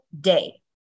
day